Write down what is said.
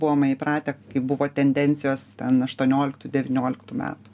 buvome įpratę kai buvo tendencijos ten aštuonioliktų devynioliktų metų